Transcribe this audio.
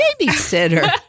babysitter